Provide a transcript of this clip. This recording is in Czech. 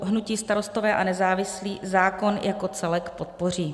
Hnutí Starostové a nezávislí zákon jako celek podpoří.